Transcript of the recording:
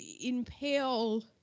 impale